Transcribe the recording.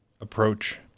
approach